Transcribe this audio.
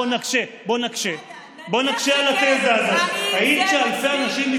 בוא נקשה על התזה הזאת, נניח שכן.